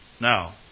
Now